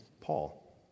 Paul